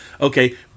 okay